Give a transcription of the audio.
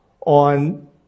on